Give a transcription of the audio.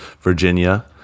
Virginia